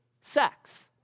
Sex